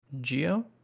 Geo